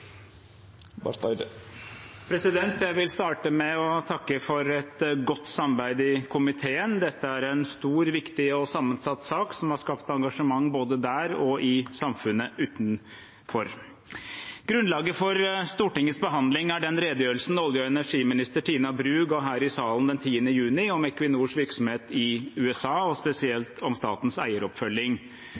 vil starte med å takke for et godt samarbeid i komiteen. Dette er en stor, viktig og sammensatt sak, som har skapt engasjement både der og i samfunnet utenfor. Grunnlaget for Stortingets behandling er den redegjørelsen olje- og energiminister Tina Bru ga her i salen den 10. juni om Equinors virksomhet i USA og spesielt om statens